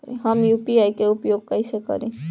हम यू.पी.आई के उपयोग कइसे करी?